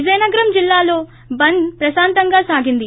విజయనగరం జిల్లాలో బంద్ ప్రశాంతంగా సాగింది